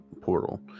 portal